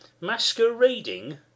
masquerading